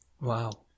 Wow